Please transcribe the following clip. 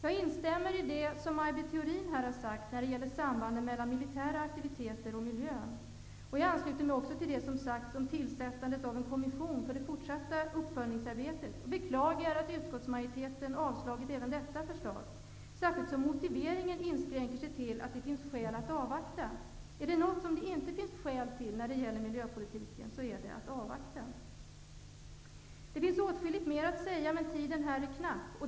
Jag instämmer i det som Maj Britt Theorin har sagt om sambanden mellan militära aktiviteter och miljön. Jag ansluter mig också till det som sagts om tillsättandet av en kommission för det fortsatta uppföljningsarbetet och beklagar att utskottmajoriteten avstyrkt även detta förslag, särskilt som motiveringen inskränker sig till att det finns ''skäl att avvakta''. Är det något som det inte finns skäl till när det gäller miljöpolitiken så är det att avvakta. Det finns åtskilligt mer att säga, men tiden här är knapp.